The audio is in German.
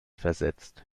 versetzt